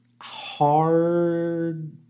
hard